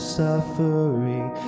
suffering